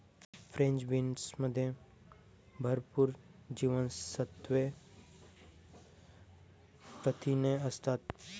French बीन्समध्ये भरपूर जीवनसत्त्वे, प्रथिने असतात